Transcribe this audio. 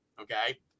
okay